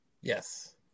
yes